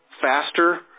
faster